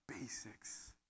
basics